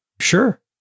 Sure